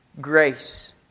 grace